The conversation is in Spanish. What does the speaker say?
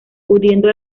pudiendo